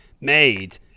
made